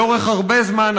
לאורך הרבה זמן,